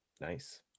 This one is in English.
Nice